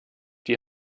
die